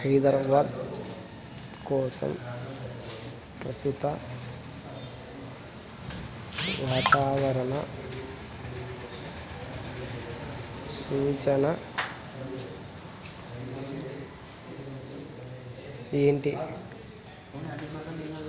హైదరాబాదు కోసం ప్రస్తుత వాతావరణ సూచన ఏంటి